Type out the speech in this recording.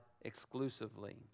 exclusively